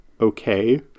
okay